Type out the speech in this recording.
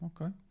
Okay